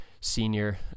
senior